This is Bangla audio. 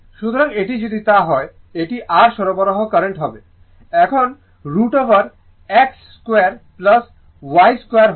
সুতরাং এটি যদি তা হয় এটি r সরবরাহ কারেন্ট হবে I এখন root over x square y স্কোয়ারের হবে